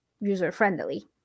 user-friendly